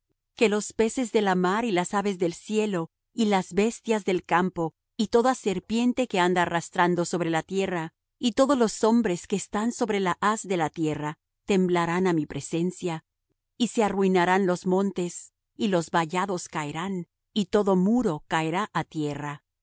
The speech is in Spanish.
y las bestias del campo y toda serpiente que anda arrastrando sobre la tierra y todos los hombres que están sobre la haz de la tierra temblarán á mi presencia y se arruinarán los montes y los vallados caerán y todo muro caerá á tierra